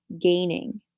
gaining